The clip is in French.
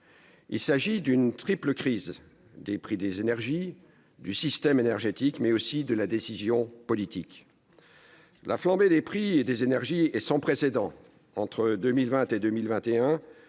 Il s'agit d'une triple crise : du prix des énergies, du système énergétique, mais aussi de la décision politique. La flambée du prix des énergies est sans précédent. Entre 2020 et 2021,